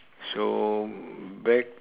so back